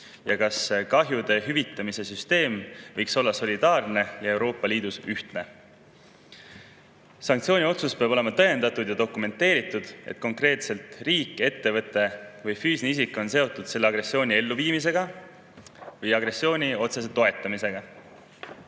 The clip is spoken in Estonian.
ja kas kahjude hüvitamise süsteem võiks olla solidaarne ja Euroopa Liidus ühtne? Sanktsiooniotsus peab olema dokumenteeritud ja tõendatud, et konkreetne riik, ettevõte või füüsiline isik on seotud agressiooni elluviimisega või agressiooni otsese toetamisega.